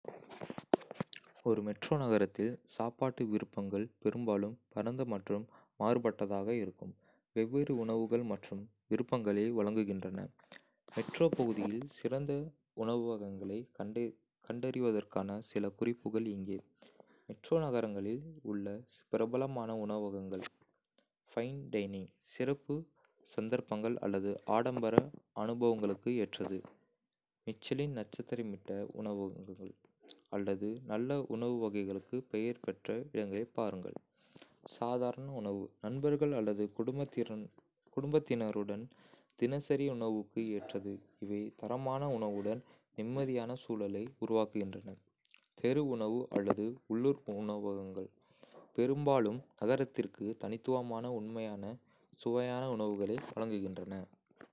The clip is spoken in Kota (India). ஒரு மெட்ரோ நகரத்தில், சாப்பாட்டு விருப்பங்கள் பெரும்பாலும் பரந்த மற்றும் மாறுபட்டதாக இருக்கும், வெவ்வேறு உணவுகள் மற்றும் விருப்பங்களை வழங்குகின்றன. மெட்ரோ பகுதியில் சிறந்த உணவகங்களைக் கண்டறிவதற்கான சில குறிப்புகள் இங்கே: மெட்ரோ நகரங்களில் உள்ள பிரபலமான உணவகங்கள்: ஃபைன் டைனிங்: சிறப்பு சந்தர்ப்பங்கள் அல்லது ஆடம்பர அனுபவங்களுக்கு ஏற்றது. மிச்செலின் நட்சத்திரமிட்ட உணவகங்கள் அல்லது நல்ல உணவு வகைகளுக்குப் பெயர் பெற்ற இடங்களைப் பாருங்கள். சாதாரண உணவு: நண்பர்கள் அல்லது குடும்பத்தினருடன் தினசரி உணவுக்கு ஏற்றது. இவை தரமான உணவுடன் நிம்மதியான சூழலை வழங்குகின்றன. தெரு உணவு அல்லது உள்ளூர் உணவகங்கள்: பெரும்பாலும் நகரத்திற்கு தனித்துவமான உண்மையான, சுவையான உணவுகளை வழங்குகின்றன.